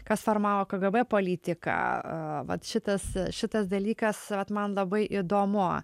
kas formavo kgb politiką va šitas šitas dalykas vat man labai įdomu